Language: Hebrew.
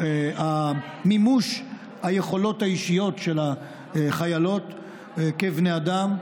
מימוש היכולות האישיות של החיילות כבנות אדם,